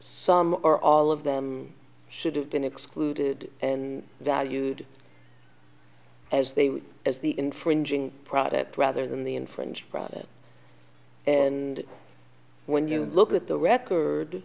some or all of them should have been excluded and valued as they were as the infringing product rather than the infringed process and when you look at the record